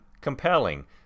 compelling